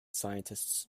scientists